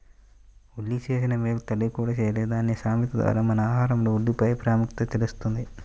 ఉల్లి చేసిన మేలు తల్లి కూడా చేయలేదు అనే సామెత ద్వారా మన ఆహారంలో ఉల్లిపాయల ప్రాముఖ్యత తెలుస్తుంది